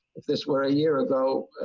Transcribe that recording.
if this were a year ago,